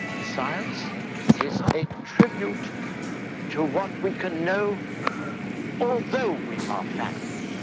science is a tribute to what we can know although we are fallible.